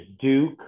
Duke